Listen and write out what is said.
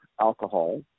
alcohol